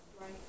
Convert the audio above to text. Right